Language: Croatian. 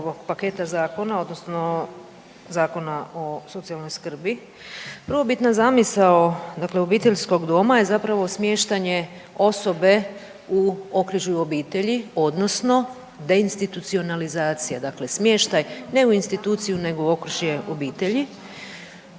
paketa zakona odnosno Zakona o socijalnoj skrbi. Prvobitna zamisao obiteljskog doma je smještanje osobe u okružju obitelji odnosno de institucionalizacija dakle smještaj ne u instituciju nego u okružje obitelji.